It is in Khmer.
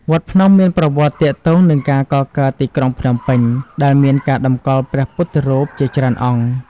វត្តភ្នំមានប្រវត្តិទាក់ទងនឹងការកកើតទីក្រុងភ្នំពេញ ដែលមានការតម្កល់ព្រះពុទ្ធរូបជាច្រើនអង្គ។